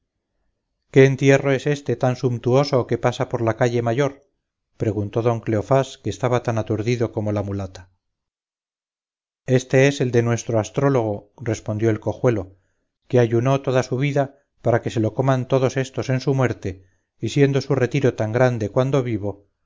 qué entierro es éste tan sumptuoso que pasa por la calle mayor preguntó don cleofás que estaba tan aturdido como la mulata éste es el de nuestro astrólogo respondió el cojuelo que ayunó toda su vida para que se lo coman todos éstos en su muerte y siendo su retiro tan grande cuando vivo